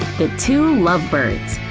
the two lovebirds